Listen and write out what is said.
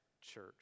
church